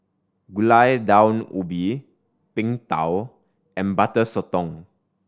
Gulai Daun Ubi Png Tao and Butter Sotong